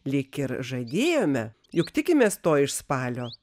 lyg ir žadėjome juk tikimės to iš spalio